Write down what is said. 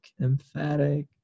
emphatic